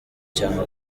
cyangwa